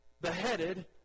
beheaded